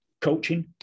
coaching